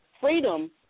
freedom